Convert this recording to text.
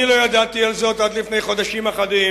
אני לא ידעתי על זאת עד לפני חודשים אחדים,